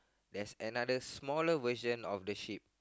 there's a other smaller version of the sheep